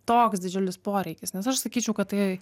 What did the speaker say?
toks didžiulis poreikis nes aš sakyčiau kad tai